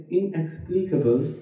inexplicable